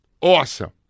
Awesome